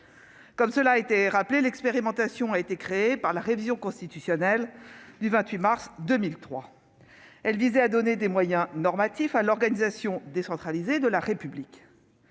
Comme cela a été rappelé, l'expérimentation a été créée par la révision constitutionnelle du 28 mars 2003, qui visait à donner des moyens normatifs à l'organisation décentralisée de la République.